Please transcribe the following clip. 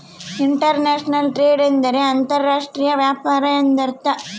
inter national trade ಎಂದರೆ ಅಂತರ್ ರಾಷ್ಟ್ರೀಯ ವ್ಯಾಪಾರ ಎಂದರ್ಥ